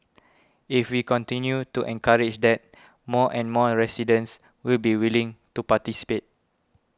if we continue to encourage that more and more residents will be willing to participate